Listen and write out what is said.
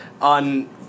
on